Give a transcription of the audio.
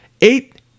Eight